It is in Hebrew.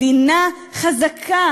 מדינה חזקה